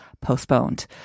postponed